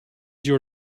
your